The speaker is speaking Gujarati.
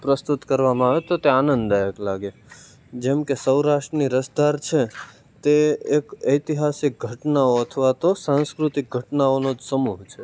પ્રસ્તુત કરવામાં આવે તો તે આનંદદાયક લાગે જેમકે સૌરાષ્ટ્રની રસધાર છે તે એક ઐતિહાસિક ઘટનાઓ અથવા તો સાંસ્કૃતિક ઘટનાઓનો જ સમૂહ છે